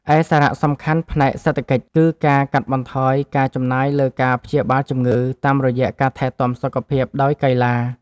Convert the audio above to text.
ឯសារៈសំខាន់ផ្នែកសេដ្ឋកិច្ច គឺការកាត់បន្ថយការចំណាយលើការព្យាបាលជំងឺ តាមរយៈការថែទាំសុខភាពដោយកីឡា។